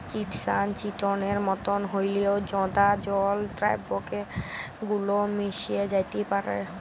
chitosan চিটনের মতন হঁল্যেও জঁদা জল দ্রাবকে গুল্যে মেশ্যে যাত্যে পারে